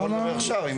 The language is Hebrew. אני יכול לדבר עכשיו.